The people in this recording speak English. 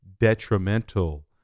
detrimental